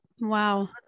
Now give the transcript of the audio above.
Wow